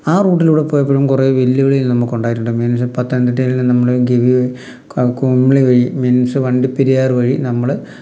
ആ റൂട്ടിലൂടെ പോയപ്പോഴും കുറേ വെല്ലുവിളി നമുക്ക് ഉണ്ടായിട്ടുണ്ട് മെൻസ് പത്തനംതിട്ടയിലും നമ്മൾ ഗവി കുമിളി വഴി മെൻസ് വണ്ടിപെരിയാറ് വഴി നമ്മൾ